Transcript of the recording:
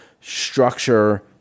structure